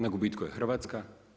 Na gubitku je Hrvatska.